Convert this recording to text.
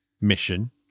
mission